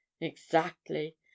Exactly